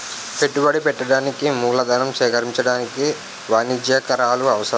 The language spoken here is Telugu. పెట్టుబడి పెట్టడానికి మూలధనం సేకరించడానికి వాణిజ్యకారులు అవసరం